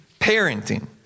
parenting